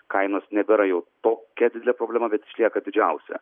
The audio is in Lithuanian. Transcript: kainos nebėra jau tokia didelė problema bet išlieka didžiausia